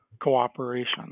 cooperation